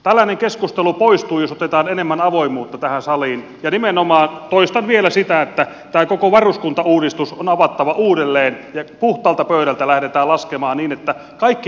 tällainen keskustelu poistuu jos otetaan enemmän avoimuutta tähän saliin ja nimenomaan toistan vielä sen tämä koko varuskuntauudistus on avattava uudelleen ja puhtaalta pöydältä lähdettävä laskemaan niin että kaikki näkevät nämä toiminnot